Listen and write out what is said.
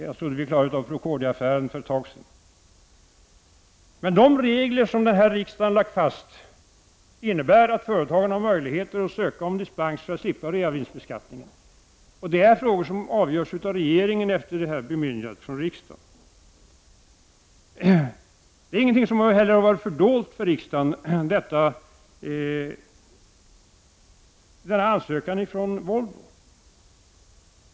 Jag trodde att vi hade klarat av Procordiaaffären för ett tag sedan. De regler som riksdagen har lagt fast innebär att företagen har möjligheter att söka dispens för att slippa reavinstbeskattningen. Det är frågor som avgörs av regeringen efter bemyndigande från riksdagen. Denna ansökan från Volvo har inte heller varit fördold för riksdagen.